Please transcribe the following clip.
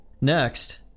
Next